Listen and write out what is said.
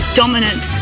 dominant